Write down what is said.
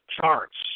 charts